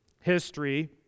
history